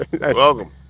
Welcome